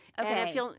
Okay